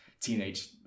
teenage